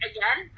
Again